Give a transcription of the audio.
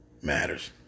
matters